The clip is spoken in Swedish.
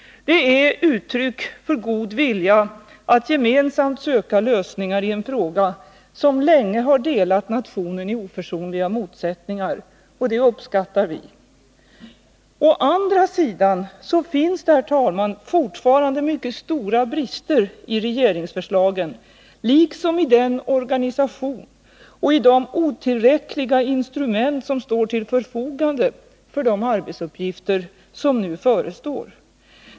Det är ett uttryck för god vilja att gemensamt söka lösningar i en fråga som länge har delat nationen i oförsonliga motsättningar. Det uppskattar vi. Å andra sidan finns det, herr talman, fortfarande mycket stora brister i regeringsförslagen liksom i den organisation och de otillräckliga instrument som man har till förfogande för de arbetsuppgifter som nu förestår.